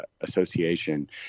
Association